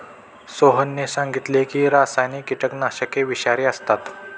सोहनने सांगितले की रासायनिक कीटकनाशके विषारी असतात